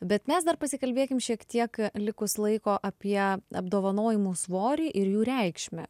bet mes dar pasikalbėkim šiek tiek likus laiko apie apdovanojimų svorį ir jų reikšmę